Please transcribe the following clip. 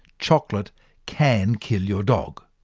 chocolate can kill your dog.